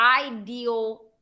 ideal